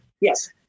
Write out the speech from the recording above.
yes